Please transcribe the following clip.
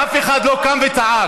ואף אחד לא קם וצעק.